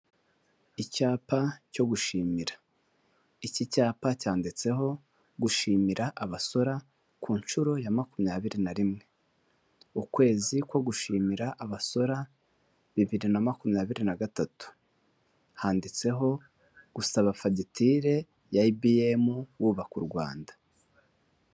Icyapa cyo gushimira, iki cyapa cyanditseho gushimira abasora ku nshuro ya makumyabiri na rimwe, ukwezi ko gushimira abasora bibiri na makumyabiri na gatatu. Handitseho gusaba fagitire ya ibiyemu wubaka u Rwanda.